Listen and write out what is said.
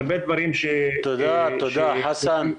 חסן,